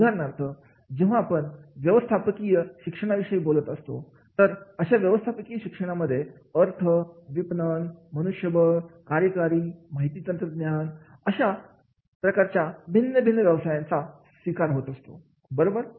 उदाहरणार्थ जेव्हा आपण व्यवस्थापकीय शिक्षणाविषयी बोलत असतो तर अशा व्यवस्थापकीय शिक्षणामध्ये अर्थ विपणन मनुष्यबळ कार्यकारी माहिती तंत्रज्ञान अशा प्रकारच्या भिन्नभिन्न व्यवसायांचा स्वीकार होतो बरोबर